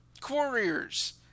Quarriers